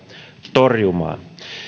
torjumaan